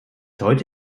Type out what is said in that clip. heute